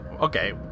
okay